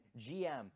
GM